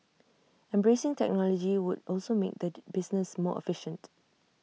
embracing technology would also make the business more efficient